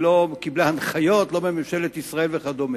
היא לא קיבלה הנחיות, לא מממשלת ישראל וכדומה.